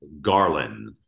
Garland